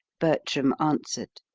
bertram answered.